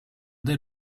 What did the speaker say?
dès